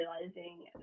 realizing